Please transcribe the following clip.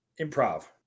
improv